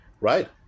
right